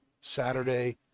Saturday